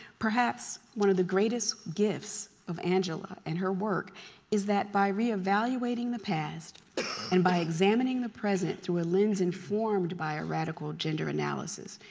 perhaps one of the greatest gifts of angela and her work is that by re-evaluating the past and by examining the present through a lens informed by a radical gender analysis,